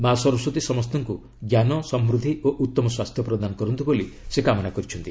ମା' ସରସ୍ୱତୀ ସମସ୍ତଙ୍କୁ ଜ୍ଞାନ ସମୃଦ୍ଧି ଓ ଉତ୍ତମ ସ୍ୱାସ୍ଥ୍ୟ ପ୍ରଦାନ କରନ୍ତୁ ବୋଲି ସେ କାମନା କରିଛନ୍ତି